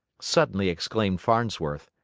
suddenly exclaimed farnsworth.